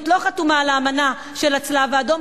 לא חתומות על האמנה של הצלב-האדום,